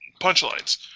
punchlines